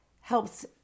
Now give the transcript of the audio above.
helps